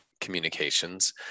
communications